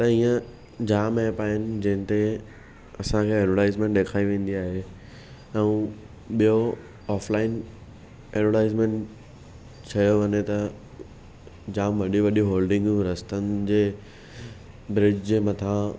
त हीअं जाम एप आहिनि जंहिंते असांखे एडवर्टाइज़मेंट ॾेखारी वेंदी आहे ऐं ॿियो ऑफलाइन एडवर्टाइज़मेंट चयो वञे त जाम वॾियूं वॾियूं होल्डिंगूं रस्तनि जे ब्रिज जे मथां